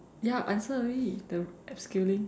ya answer already the abseiling